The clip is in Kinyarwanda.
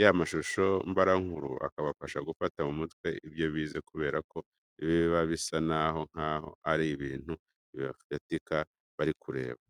ya mashusho mbarankuru akabafasha gufata mu mutwe ibyo bize kubera ko biba bisa noneho nkaho ari abintu bifatika bari kureba.